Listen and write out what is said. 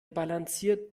balanciert